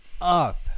up